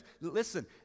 Listen